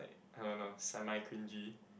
like I don't know semi cringey